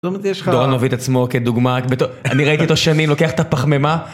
דורון הוביל את עצמו כדוגמא, אני ראיתי אותו שנים, לוקח את הפחמימה